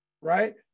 right